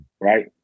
right